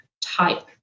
type